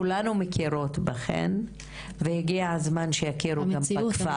כולנו מכירות בכן והגיע הזמן שיכירו גם בכפר.